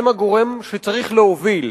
הם הגורם שצריך להוביל,